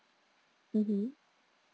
mmhmm